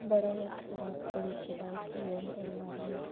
बड़ा गै खराब तरीके दा इक इवेंट होएआ हा एह्